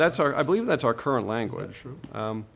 that's our i believe that's our current language